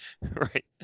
Right